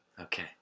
Okay